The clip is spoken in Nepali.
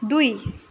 दुई